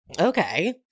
okay